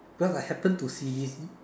cause I happen to see this